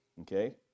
okay